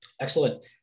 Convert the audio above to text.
excellent